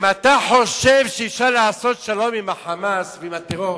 אם אתה חושב שאפשר לעשות שלום עם ה"חמאס" ועם הטרור,